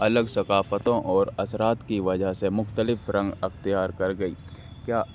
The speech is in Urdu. الگ ثقافتوں اور اثرات کی وجہ سے مختلف رنگ اختیار کر گئی کیا